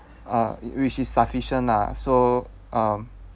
uh which is sufficient lah so um